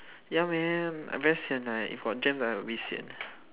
ya man I very sian eh if got jam then I a bit sian